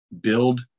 build